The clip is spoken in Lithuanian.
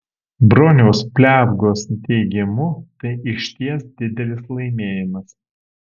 broniaus pliavgos teigimu tai išties didelis laimėjimas